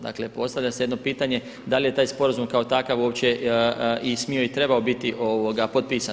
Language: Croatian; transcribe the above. Dakle postavlja se jedno pitanje da li je taj sporazum kao takav uopće i smio i trebao biti potpisan.